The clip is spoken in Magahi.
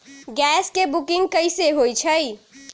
गैस के बुकिंग कैसे होईछई?